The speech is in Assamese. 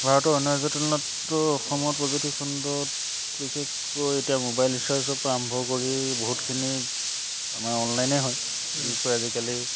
ভাৰতৰ অন্য ৰাজ্য়ৰ তুলনাততো অসমৰ প্ৰযুক্তি খণ্ডত বিশেষকৈ এতিয়া মোবাইল ৰিচাৰ্ছৰ পৰা আৰম্ভ কৰি বহুতখিনি আমাৰ অনলাইনে হয় বিশেষকৈ আজিকালি